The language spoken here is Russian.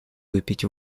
выпить